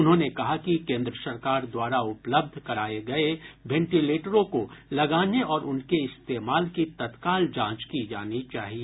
उन्होंने कहा कि केन्द्र सरकार द्वारा उपलब्ध कराए गए वेंटीलेटरों को लगाने और उनके इस्तेमाल की तत्काल जांच की जानी चाहिए